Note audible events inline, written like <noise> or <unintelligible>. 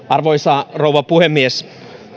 <unintelligible> arvoisa rouva puhemies